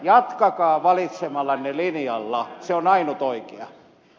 jatkakaa valitsemallanne linjalla se on ainut oikea